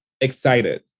excited